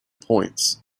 points